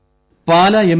A Pala M